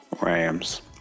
Rams